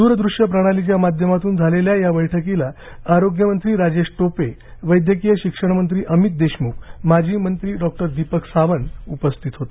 दूरदृष्य प्रणालीच्या माध्यमातून झालेल्या या बैठकीला आरोग्य मंत्री राजेश टोपे वैद्यकीय शिक्षण मंत्री अमित देशमुख माजी मंत्री डॉक्टर दीपक सावंत उपस्थित होते